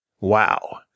Wow